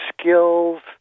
skills